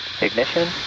ignition